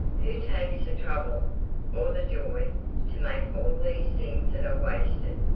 who takes the trouble or the joy to make all these things that are wasted,